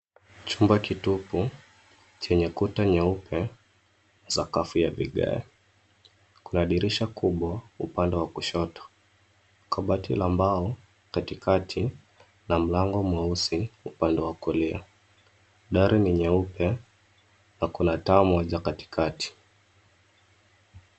Chumba kitupu chenye kuta nyeupe sakafu ya vigae. Kuna dirisha kubwa upande wa kushoto, kabati la mbao katikati na mlango mweusi upande wa kulia. Dari ni nyeupe na kuna taa moja katikati.